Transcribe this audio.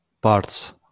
parts